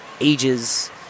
ages